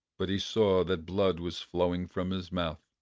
but he saw that blood was flowing from his mouth.